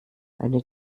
eine